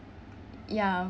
ya